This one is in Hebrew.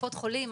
קופות חולים,